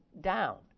down